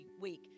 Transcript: week